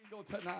tonight